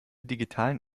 digitalen